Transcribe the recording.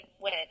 win